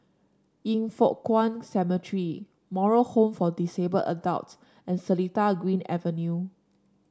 Yin Foh Kuan Cemetery Moral Home for Disabled Adults and Seletar Green Avenue